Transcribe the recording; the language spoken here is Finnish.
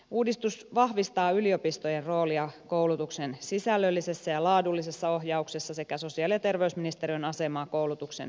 uudistus vahvistaa yliopistojen roolia koulutuksen sisällöllisessä ja laadullisessa ohjauksessa sekä sosiaali ja terveysministeriön asemaa koulutuksen koordinoijana